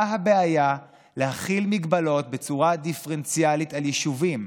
מה הבעיה להחיל מגבלות בצורה דיפרנציאלית על יישובים?